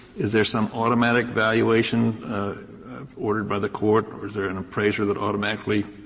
is there some automatic valuation ordered by the court or is there an appraiser that automatically